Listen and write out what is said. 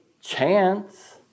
chance